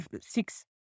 six